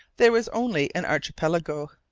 there was only an archipelago.